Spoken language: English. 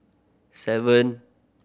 seven